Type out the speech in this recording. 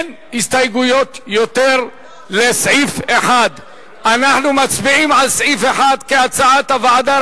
אין יותר הסתייגויות לסעיף 1. אנחנו מצביעים על סעיף 1 כהצעת הוועדה,